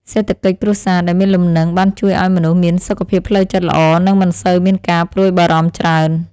សេដ្ឋកិច្ចគ្រួសារដែលមានលំនឹងបានជួយឱ្យមនុស្សមានសុខភាពផ្លូវចិត្តល្អនិងមិនសូវមានការព្រួយបារម្ភច្រើន។